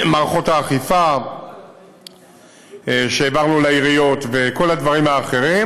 מערכות האכיפה שהעברנו לעיריות וכל הדברים האחרים,